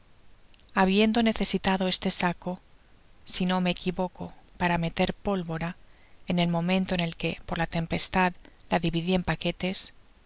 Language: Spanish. habiendo necesitado este saco si no me equivoco para me er pólvora en el momento en que por la tempestad la dividi ea paquetes